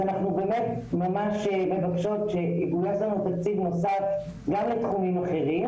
אז אנחנו באמת ממש מבקשות שיגויס לנו תקציב נוסף גם לתחומים אחרים.